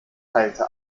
teilte